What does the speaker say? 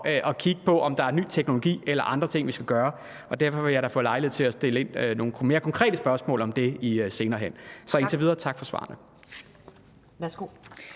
at kigge på, om der er ny teknologi eller andre ting, vi skal gøre, og derfor vil jeg da få lejlighed til at stille nogle mere konkrete spørgsmål om det senere hen. Så indtil videre tak for svarene.